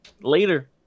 later